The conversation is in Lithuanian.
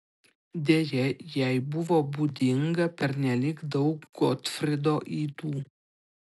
deja jai buvo būdinga pernelyg daug gotfrido ydų